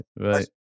right